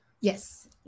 Yes